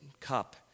cup